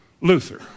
Luther